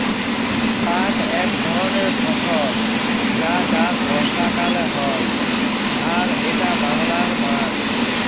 পাট একট ধরণের ফসল যার চাষ বর্ষাকালে হয় আর এইটা বাংলার মান